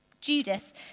Judas